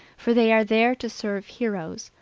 for they are there to serve heroes,